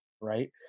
right